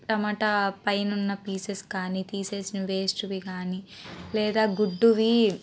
టమాట పైనున్నా పీసెస్ కాని తీసేసిన వేస్టువి కాని లేదా గుడ్డువి